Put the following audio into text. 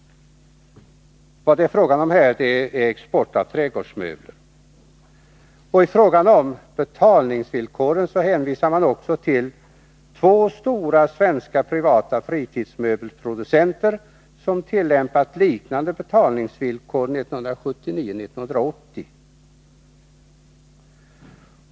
Detta gäller export av trädgårdsmöbler. I fråga om betalningsvillkoren hänvisar man också till två stora svenska privata fritidsmöbelproducenter som tillämpat liknade betalningsvillkor 1979-1980.